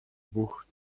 buch